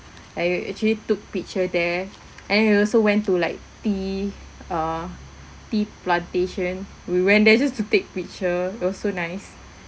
I actually took picture there and we also went to like tea uh tea plantation we went there just to take picture it was so nice